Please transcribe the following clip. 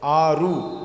ಆರು